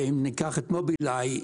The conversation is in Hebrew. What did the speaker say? ואם ניקח את מובילאיי,